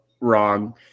Wrong